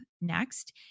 next